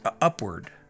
upward